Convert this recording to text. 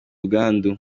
ubwandu